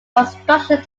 construction